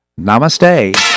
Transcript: Namaste